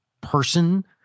person